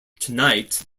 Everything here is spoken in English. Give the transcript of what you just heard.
tonight